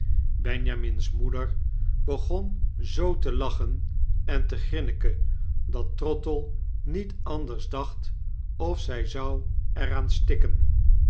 benjamin's moeder begon zoo te lachen en te grinniken dat trottle niet anders dacht of zy zou er aan stikken